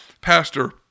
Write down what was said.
pastor